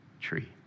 tree